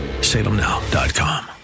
salemnow.com